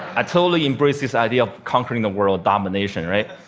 i totally embraced this idea of conquering the world domination, right?